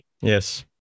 Yes